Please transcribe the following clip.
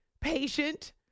patient